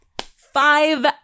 five